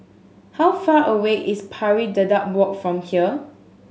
how far away is Pari Dedap Walk from here